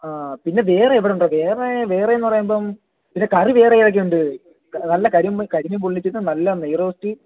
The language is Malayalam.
ആ പിന്നെ വേറെ എവിടൊണ്ടടാ വേറെ വേറെയെന്ന് പറയുമ്പം പിന്നെ കറി വേറെ ഏതൊക്കെ ഉണ്ട് നല്ല കരിം കരിമീൻ പൊള്ളിച്ചത് നല്ല നെയ് റോസ്റ്റ്